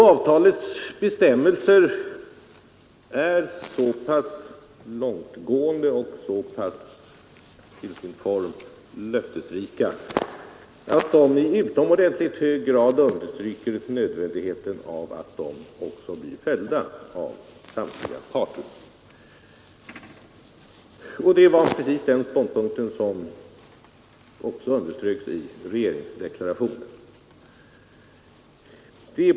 Avtalets bestämmelser är så pass långtgående och så löftesrika till sin form att de i utomordentligt hög grad understryker angelägenheten av att de också blir följda av samtliga parter. Det var precis den ståndpunkten som underströks i regeringsdeklarationen.